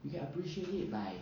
you can appreciate it by